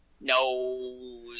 No